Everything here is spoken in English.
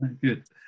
good